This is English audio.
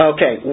Okay